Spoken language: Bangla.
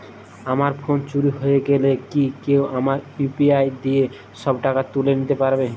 আমার ফোন চুরি হয়ে গেলে কি কেউ আমার ইউ.পি.আই দিয়ে সব টাকা তুলে নিতে পারবে?